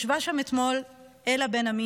ישבה שם אתמול אלה בן עמי,